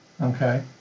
Okay